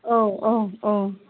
औ औ औ